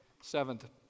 seventh